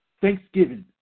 Thanksgiving